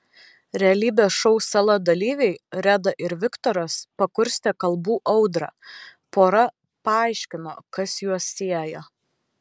realybės šou sala dalyviai reda ir viktoras pakurstė kalbų audrą pora paaiškino kas juos sieja